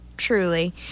truly